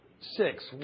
six